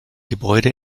gebäude